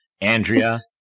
Andrea